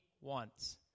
wants